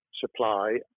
supply